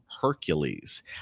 hercules